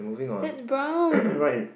that's brown